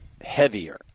heavier